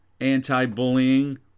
Anti-bullying